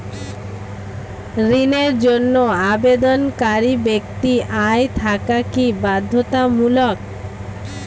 ঋণের জন্য আবেদনকারী ব্যক্তি আয় থাকা কি বাধ্যতামূলক?